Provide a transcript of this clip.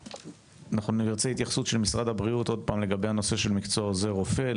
אנחנו נרצה התייחסות של משרד הבריאות לגבי המקצוע של עוזר רופא,